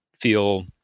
feel